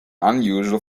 unusual